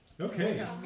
Okay